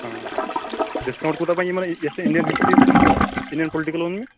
discount کوٗتاہ بنہِ یِمن یَس یہِ انڈین ہِسٹری تہٕ انڈین پُلٹیکلن منٛز